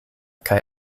kaj